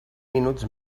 minuts